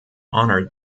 honor